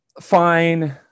fine